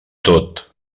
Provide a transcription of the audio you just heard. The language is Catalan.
tot